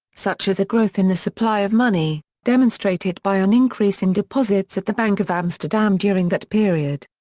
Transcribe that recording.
such as a growth in the supply of money, demonstrated by an increase in deposits at the bank of amsterdam during that period.